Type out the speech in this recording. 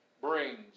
brings